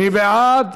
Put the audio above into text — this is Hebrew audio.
מי בעד?